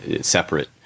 separate